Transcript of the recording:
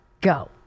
Go